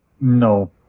No